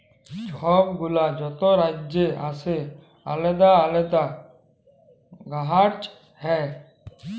ছব গুলা যত রাজ্যে আসে আলেদা আলেদা গাহাচ হ্যয়